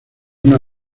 una